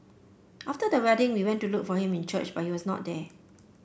after the wedding we went to look for him in church but he was not there